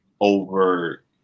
over